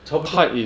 差不多